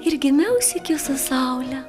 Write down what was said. ir gimiau sykiu su saule